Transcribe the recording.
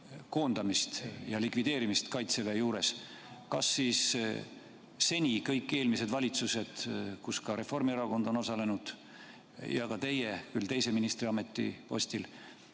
koondamist ja likvideerimist Kaitseväe juurest. Kas siis seni kõik eelmised valitsused, kus Reformierakond on osalenud, ja ka teie, küll teise ministri ametipostil,